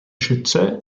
schütze